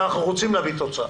ואנחנו אכן רוצים להביא תוצאה.